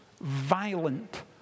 violent